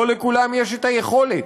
לא לכולם יש יכולת.